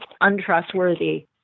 untrustworthy